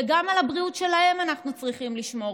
וגם על הבריאות שלהם אנחנו צריכים לשמור.